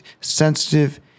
sensitive